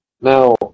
Now